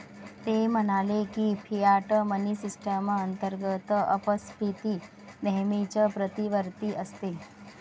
ते म्हणाले की, फियाट मनी सिस्टम अंतर्गत अपस्फीती नेहमीच प्रतिवर्ती असते